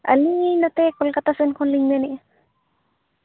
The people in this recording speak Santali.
ᱟᱹᱞᱤᱧ ᱱᱚᱛᱮ ᱠᱳᱞᱠᱟᱛᱟ ᱥᱮᱱ ᱠᱷᱚᱱᱞᱤᱧ ᱢᱮᱱᱮᱫᱼᱟ